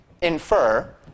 infer